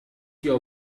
your